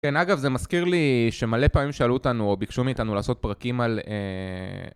כן, אגב, זה מזכיר לי שמלא פעמים שאלו אותנו או ביקשו מאיתנו לעשות פרקים על אממ...